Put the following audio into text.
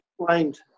explained